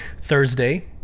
Thursday